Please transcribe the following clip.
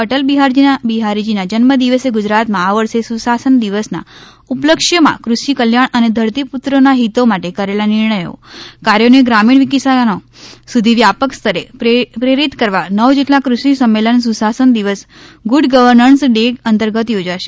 અટલ બિહારીજીના જન્મદિવસે ગુજરાતમાં આ વર્ષે સુશાસન દિવસના ઉપલક્ષ્યમાં કૃષિ કલ્યાણ અને ધરતીપુત્રોના હિતો માટે કરેલા નિર્ણયો કાર્યોને ગ્રામીણ કિસાનો સુધી વ્યાપક સ્તરે પ્રેરિતકરવા નવ જેટલા કૃષિ સંમેલન સુશાસન દિવસ ગુડ ગર્વનન્સ ડે અંતર્ગત યોજાશે